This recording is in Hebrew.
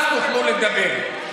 אז תוכלו לדבר.